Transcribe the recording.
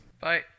Bye